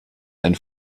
ein